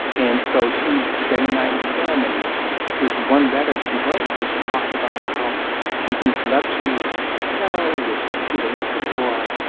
and so she'd spend a night with him. and this one letter she wrote, where she talks about how she's in this luxury hotel with peter lisagor,